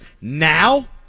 Now